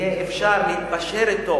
יהיה אפשר להתפשר אתו